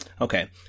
Okay